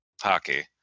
hockey